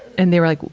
and they were like,